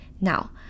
Now